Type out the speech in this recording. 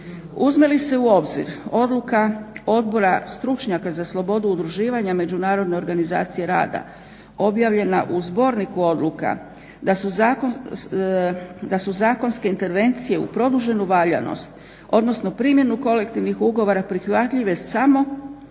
Uzme li se u obzir odluka Odbora stručnjaka za slobodu udruživanja Međunarodne organizacije rada objavljena u Zborniku odluka da su zakonske intervencije u produženu valjanost, odnosno primjenu kolektivnih ugovora prihvatljive samo